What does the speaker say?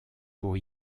pour